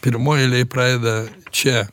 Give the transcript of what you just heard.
pirmoj eilėj pradeda čia